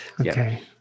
Okay